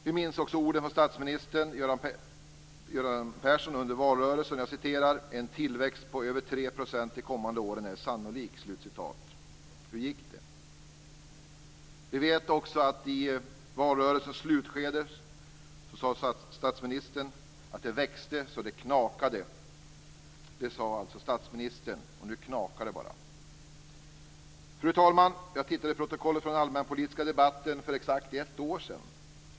Vi minns också orden från statsminister Göran Persson under valrörelsen: "En tillväxt på över 3 % de kommande åren är sannolik". Hur gick det? Vi vet också att statsministern i valrörelsens slutskede sade att det växte så att det knakade. Det sade alltså statsministern. Nu knakar det bara. Fru talman! Jag tittade i protokollet från den allmänpolitiska debatten för exakt ett år sedan.